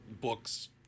books